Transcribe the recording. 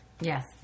Yes